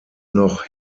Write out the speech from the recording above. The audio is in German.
noch